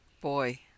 boy